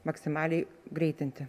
maksimaliai greitinti